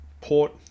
Port